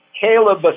Caleb